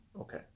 Okay